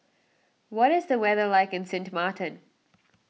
what is the weather like in Sint Maarten